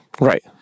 Right